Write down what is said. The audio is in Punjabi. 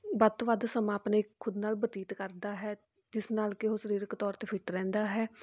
ਵੱਧ ਤੋਂ ਵੱਧ ਸਮਾਂ ਆਪਣੇ ਖੁਦ ਨਾਲ ਬਤੀਤ ਕਰਦਾ ਹੈ ਜਿਸ ਨਾਲ ਕਿ ਉਹ ਸਰੀਰਕ ਤੌਰ 'ਤੇ ਫਿਟ ਰਹਿੰਦਾ ਹੈ